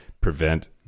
prevent